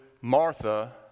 Martha